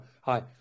Hi